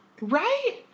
Right